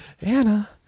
Anna